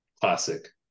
classic